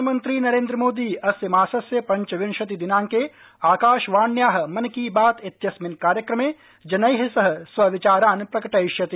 प्रधानमन्त्री नरेन्द्र मोदी अस्य मासस्य पंचविंशति दिनाइके आकाशवाण्याः मन की बात इत्यस्मिन् कार्यक्रमे जनैः सह स्वविचारान् प्रकटयिष्यति